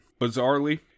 Bizarrely